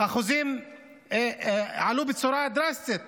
האחוזים עלו בצורה דרסטית.